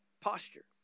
Posture